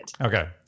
Okay